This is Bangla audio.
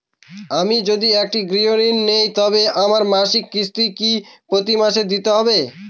আমি যদি একটি গৃহঋণ নিই তবে আমার মাসিক কিস্তি কি প্রতি মাসে দিতে হবে?